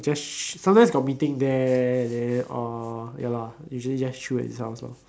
just sh~ sometimes got meeting there then orh ya lah usually just chill at his house lor